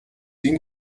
энэ